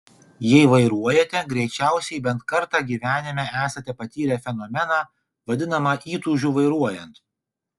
jei vairuojate greičiausiai bent kartą gyvenime esate patyrę fenomeną vadinamą įtūžiu vairuojant